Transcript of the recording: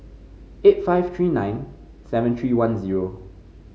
eight five three nine seven three one zero